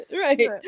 right